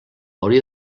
hauria